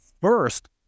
first